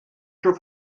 schon